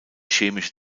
chemische